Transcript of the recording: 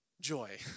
joy